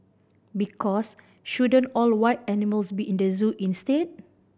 because shouldn't all wild animals be in the zoo instead